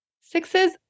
sixes